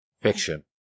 Fiction